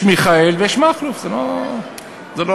יש מיכאל ויש מכלוף, זה לא,